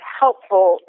helpful